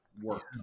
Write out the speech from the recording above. work